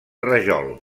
rajol